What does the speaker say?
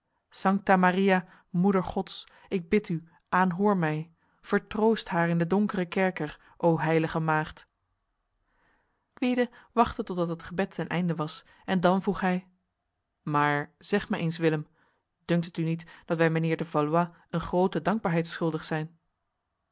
sancta maria moeder gods ik bid u aanhoor mij vertroost haar in de donkere kerker o heilige maagd gwyde wachtte totdat het gebed ten einde was en dan vroeg hij maar zeg mij eens willem dunkt het u niet dat wij mijnheer de valois een grote dankbaarheid schuldig zijn